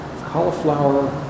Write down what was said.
cauliflower